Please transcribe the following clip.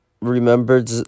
remembered